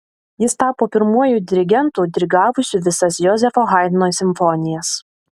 jis tapo pirmuoju dirigentu dirigavusiu visas jozefo haidno simfonijas